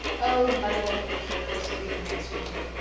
oh, mother will put me through a course of reading next winter.